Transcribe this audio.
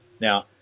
Now